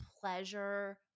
pleasure